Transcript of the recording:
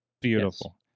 Beautiful